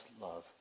love